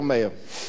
תודה רבה.